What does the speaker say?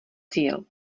cíl